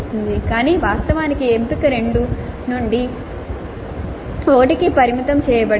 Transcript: కానీ వాస్తవానికి ఎంపిక 2 నుండి 1 కి పరిమితం చేయబడింది